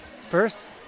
First